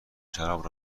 شراب